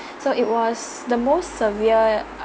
so it was the most severe